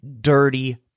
dirty